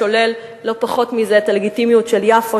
שולל לא פחות מזה את הלגיטימיות של יפו,